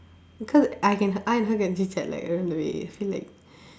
because I can I and her can chit-chat like all the way I feel like